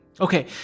Okay